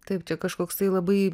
taip čia kažkoks labai